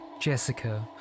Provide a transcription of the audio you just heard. Jessica